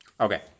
Okay